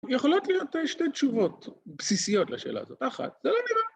יכולות להיות שתי תשובות בסיסיות לשאלה הזאת. אחת, זה לא נראה.